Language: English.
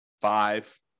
five